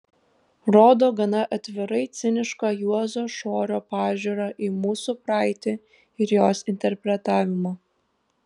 rodo gana atvirai cinišką juozo šorio pažiūrą į mūsų praeitį ir jos interpretavimą